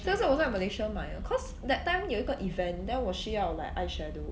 这个是我在 malaysia 买的 because that time 有一个 event then 我需要 like eyeshadow